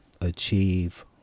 achieve